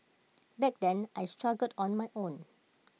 back then I struggled on my own